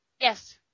Yes